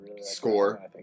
score